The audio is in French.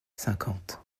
cinquante